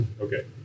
Okay